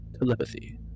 telepathy